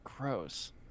Gross